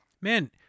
Man